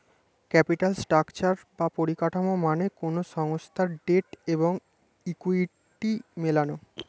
capital structure বা পরিকাঠামো মানে কোনো সংস্থার ডেট এবং ইকুইটি মেলানো